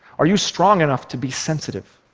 are you strong enough to be sensitive,